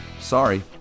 sorry